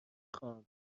خوام